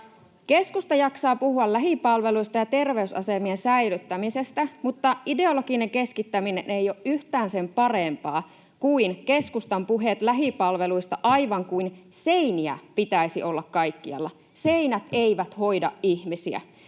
Keskusta jaksaa puhua lähipalveluista ja terveysasemien säilyttämisestä, mutta ideologinen keskittäminen ei ole yhtään sen parempaa kuin keskustan puheet lähipalveluista, aivan kuin seiniä pitäisi olla kaikkialla. Seinät eivät hoida ihmisiä.